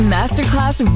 Masterclass